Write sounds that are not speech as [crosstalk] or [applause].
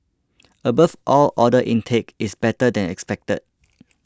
[noise] above all order intake is better than expected